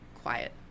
quiet